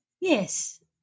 Yes